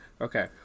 okay